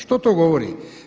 Što to govori?